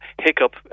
Hiccup